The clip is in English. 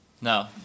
No